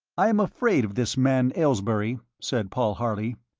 i am afraid of this man aylesbury, said paul harley.